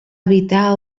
evitar